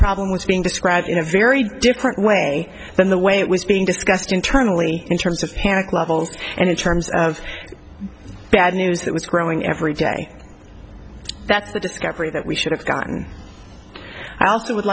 problem was being described in a very different way than the way it was being discussed internally in terms of panic levels and in terms of bad news that was growing every day that's the discovery that we should have gotten i also would